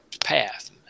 path